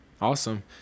awesome